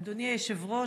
אדוני היושב-ראש,